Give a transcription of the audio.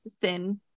thin